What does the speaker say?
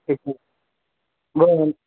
bro